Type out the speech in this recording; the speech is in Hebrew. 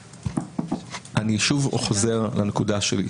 אני שוב חוזר לנקודה שלי,